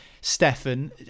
Stefan